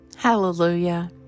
Hallelujah